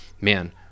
man